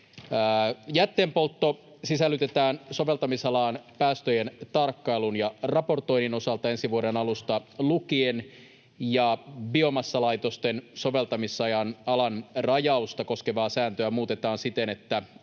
Jätteenpoltto sisällytetään soveltamisalaan päästöjen tarkkailun ja raportoinnin osalta ensi vuoden alusta lukien ja biomassalaitosten soveltamisalan rajausta koskevaa sääntöä muutetaan siten, että